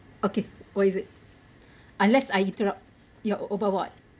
okay what is it unless I interrupt your overboard